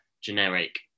Generic